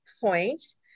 points